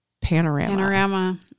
Panorama